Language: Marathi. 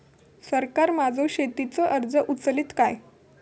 सरकार माझो शेतीचो खर्च उचलीत काय?